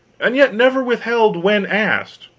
and yet never withheld when asked